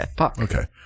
Okay